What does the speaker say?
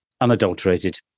unadulterated